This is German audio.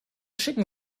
schicken